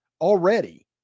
already